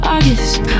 August